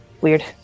Weird